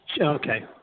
Okay